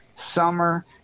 summer